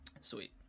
Sweet